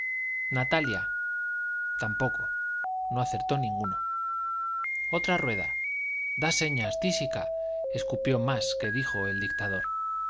natalia tampoco no acertó ninguno otra rueda da señas tísica escupió más que dijo el dictador